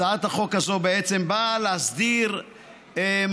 הצעת החוק הזאת בעצם באה להסדיר מצב